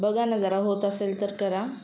बघा ना जरा होत असेल तर करा